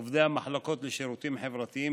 עובדי המחלקות לשירותים חברתיים,